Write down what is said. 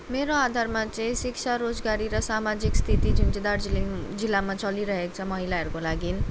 मेरो आधारमा चाहिँ शिक्षा रोजगारी र सामाजिक स्थिति जुन चाहिँ दार्जिलिङ जिल्लामा चलिरहेको छ महिलाहरूको लागि